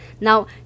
Now